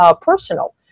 personal